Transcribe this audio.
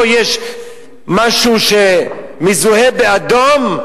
פה יש משהו שמזוהה באדום,